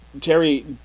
terry